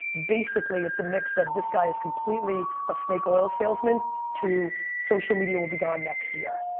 basically it's a mix of this guy's completely a snake oil salesman to social media will be gone next year.